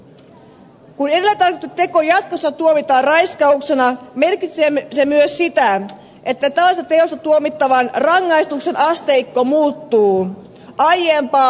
kun edellä tarkoitettu teko jatkossa tuomitaan raiskauksena merkitsee se myös sitä että tällaisesta teosta tuomittavan rangaistuksen asteikko muuttuu aiempaa ankarammaksi